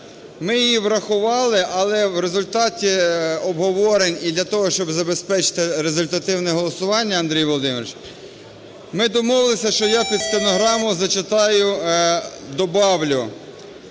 Ми її врахували. Але в результаті обговорень і для того, щоби забезпечити результативне голосування, Андрій Володимирович, ми домовилися, що я під стенограму зачитаю, добавлю